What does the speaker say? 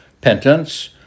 penance